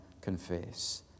confess